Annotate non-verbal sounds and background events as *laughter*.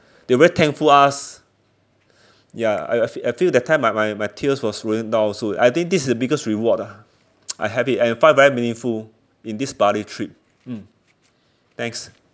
they very thankful us ya I I I feel that time my my my tears was running down also I think this is the biggest reward ah *noise* I have it and find it very meaningful in this Bali trip mm thanks